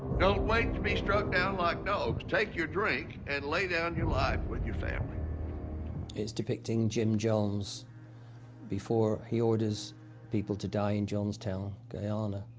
don't wait to be struck down like dogs. take your drink and lay down your life with your family. ian it's depicting jim jones before he orders people to die in jonestown, guyana,